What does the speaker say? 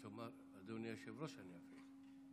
כשתאמר "אדוני היושב-ראש" אני אתחיל.